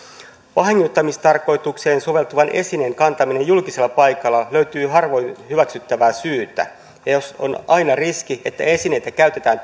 vahingoittamistarkoitukseen soveltuvan esineen kantamiseen julkisella paikalla löytyy harvoin hyväksyttävää syytä ja jos on aina riski että esineitä käytetään